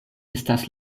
estas